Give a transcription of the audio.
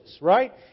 right